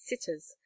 sitters